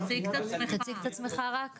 תציג את עצמך רק למשתתפים.